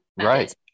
Right